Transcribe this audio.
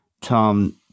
Tom